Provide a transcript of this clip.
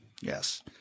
Yes